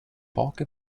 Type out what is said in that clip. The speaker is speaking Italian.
poche